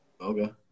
Okay